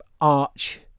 arch